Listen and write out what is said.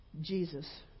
Jesus